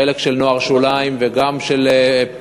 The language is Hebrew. חלק של נוער שוליים וגם של,